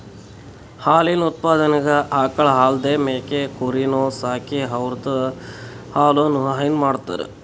ಹಾಲಿನ್ ಉತ್ಪಾದನೆಗ್ ಆಕಳ್ ಅಲ್ದೇ ಮೇಕೆ ಕುರಿನೂ ಸಾಕಿ ಅವುದ್ರ್ ಹಾಲನು ಹೈನಾ ಮಾಡ್ತರ್